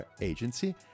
agency